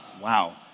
Wow